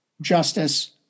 justice